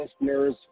listeners